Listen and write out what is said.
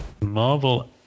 Marvel